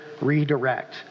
redirect